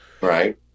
Right